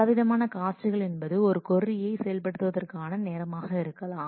பலவிதமான காஸ்ட்கள் என்பது ஒரு கொர்ரியை செயல்படுத்துவதற்கான நேரமாக இருக்கலாம்